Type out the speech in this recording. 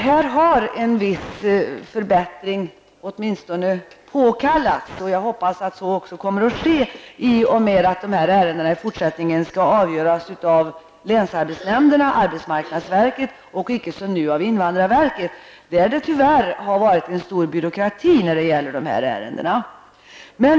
Här har en viss förbättring åtminstone påkallats, och jag hoppas att detta också kommer att genomföras i och med att dessa ärenden i fortsättningen skall avgöras av länsarbetsnämnderna och arbetsmarknadsverket i stället för som nu av invandrarverket. Där har det tyvärr funnits en stor byråkrati när det gäller dessa ärenden.